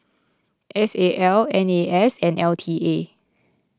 S A L N A S and L T A